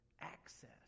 access